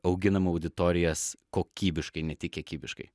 auginam auditorijas kokybiškai ne tik kiekybiškai